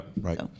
right